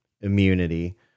immunity